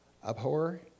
Abhor